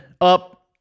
up